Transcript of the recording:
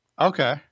Okay